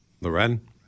Loren